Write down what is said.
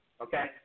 okay